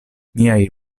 miaj